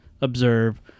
observe